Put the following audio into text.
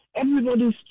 everybody's